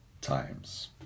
times